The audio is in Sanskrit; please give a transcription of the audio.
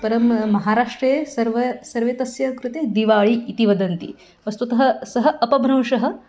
परं महाराष्ट्रे सर्व सर्वे तस्य कृते दिवाळी इति वदन्ति वस्तुतः सः अपभ्रंशः